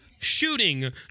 shooting